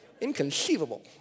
Inconceivable